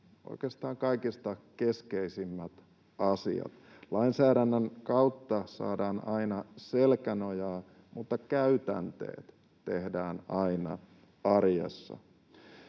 oikeastaan kaikista keskeisimmät asiat. Lainsäädännön kautta saadaan aina selkä-nojaa, mutta käytänteet tehdään aina arjessa.